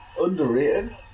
underrated